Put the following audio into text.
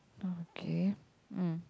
okay mm